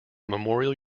memorial